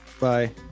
Bye